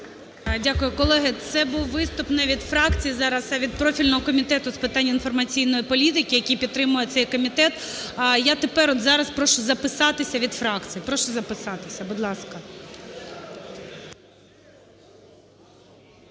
Дякую. Колеги, це був виступ не від фракції зараз, а від профільного Комітету з питань інформаційної політики, який підтримує цей комітет. А я тепер, от зараз, прошу записатися від фракцій.